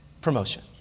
promotion